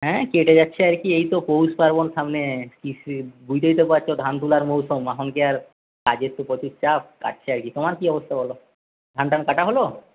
হ্যাঁ কেটে যাচ্ছে আর কি এই তো পৌষপার্বণ সামনে বুঝতেই তো পারছো ধান তোলার মুহুর্ত এখন কি আর কাজের তো প্রচুর চাপ কাটছে আর কি তোমার কী অবস্থা বলো ধান টান কাটা হলো